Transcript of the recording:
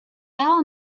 all